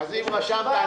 סליחה, חשבתי שהוא סיים.